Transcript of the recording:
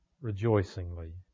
rejoicingly